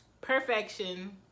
perfection